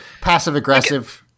passive-aggressive